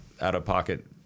out-of-pocket